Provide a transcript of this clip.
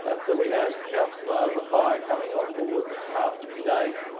ah so we have councillor mackay coming on board after today.